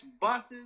buses